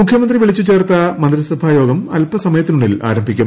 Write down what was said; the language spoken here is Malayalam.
മുഖ്യമന്ത്രി വിളിച്ചുചേർത്ത മന്ത്രിസഭാ യോഗം അൽപ്പസമയത്തിനുളളിൽ ആരംഭിക്കും